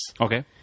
Okay